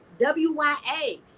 Wya